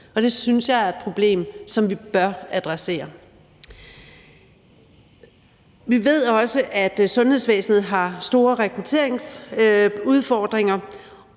det synes jeg er et problem, som vi bør adressere. Vi ved også, at sundhedsvæsenet har store rekrutteringsudfordringer,